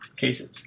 cases